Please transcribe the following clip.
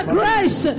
grace